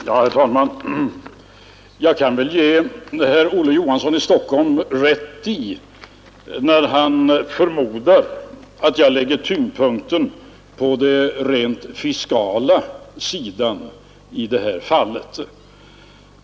Herr talman! Jag kan väl ge herr Olof Johansson i Stockholm rätt, när han förmodar att jag lägger tyngdpunkten på det rent fiskala i detta fall.